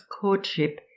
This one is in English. courtship